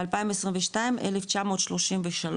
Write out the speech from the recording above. ו-2022 1,933,